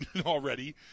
already